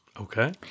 Okay